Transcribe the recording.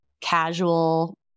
casual